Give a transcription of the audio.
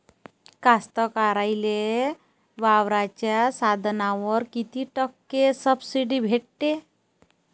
कास्तकाराइले वावराच्या साधनावर कीती टक्के सब्सिडी भेटते?